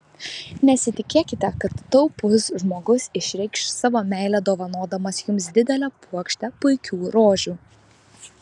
nesitikėkite kad taupus žmogus išreikš savo meilę dovanodamas jums didelę puokštę puikių rožių